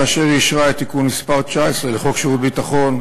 כאשר אישרה את תיקון מס' 19 לחוק שירות ביטחון,